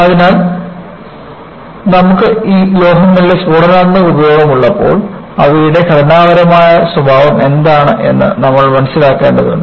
അതിനാൽ നമുക്ക് ഈ ലോഹങ്ങളുടെ സ്ഫോടനാത്മക ഉപയോഗം ഉള്ളപ്പോൾ അവയുടെ ഘടനാപരമായ സ്വഭാവം എന്താണ് എന്ന് നമ്മൾ മനസ്സിലാക്കേണ്ടതുണ്ട്